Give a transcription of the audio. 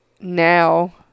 now